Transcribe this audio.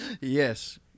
Yes